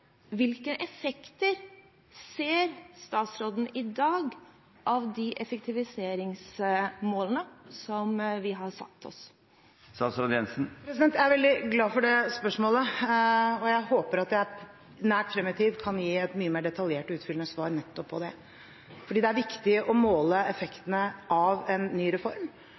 Hvilke effekter ser statsråden i dag av de effektiviseringsmålene som vi har satt oss? Jeg er veldig glad for det spørsmålet, og jeg håper at jeg nært frem i tid kan gi et mye mer detaljert og utfyllende svar på nettopp dette. Det er viktig å måle effektene av en ny reform,